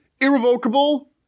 irrevocable